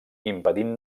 impedint